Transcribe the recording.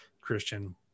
Christian